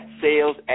sales